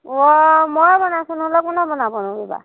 অ' মইয়ে বনাইছো নহ'লে কোনে বনাবনো কিবা